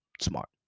smart